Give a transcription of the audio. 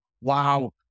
Wow